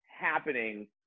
happening